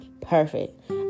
perfect